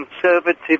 conservative